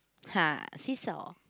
[hah] seesaw